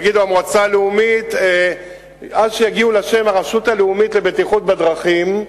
יגידו "המועצה הלאומית" עד שיגיעו לשם "הרשות הלאומית לבטיחות בדרכים"